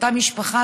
לאותה משפחה,